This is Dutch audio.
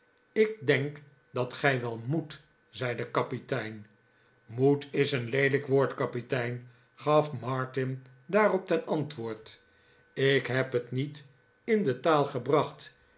ik denk dat gij wel moet zei de kapitein m o e t is een leelijk woord kapitein gaf martin daarop ten antwoord ik heb het niet in de taal gebracht